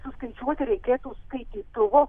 suskaičiuoti reikėtų skaitytuvo